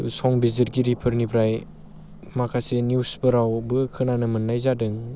संबिजिरगिरिफोरनिफ्राय माखासे निउसफोरावबो खोनानो मोननाय जादों